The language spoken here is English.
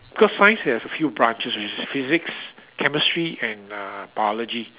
because science have a few branches which is physics chemistry and uh biology